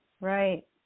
right